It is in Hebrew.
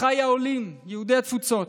אחיי העולים, יהודי התפוצות,